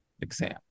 exam